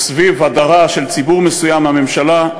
וסביב הדרה של ציבור מסוים מהממשלה,